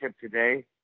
today